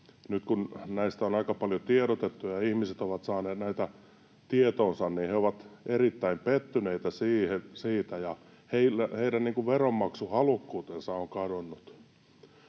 nyt kun näistä on aika paljon tiedotettu ja ihmiset ovat saaneet näitä tietoonsa, niin he ovat erittäin pettyneitä siitä ja heidän veronmaksuhalukkuutensa on kadonnut.